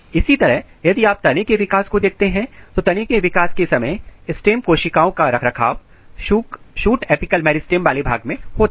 इसी तरह यदि आप तने के विकास को देखते हैं तो तने के विकास के समय स्टेम कोशिकाओं का रखरखाव शूट अपिकल मेरिस्टम वाले भाग में होता है